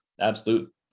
absolute